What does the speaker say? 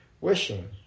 wishing